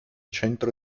centro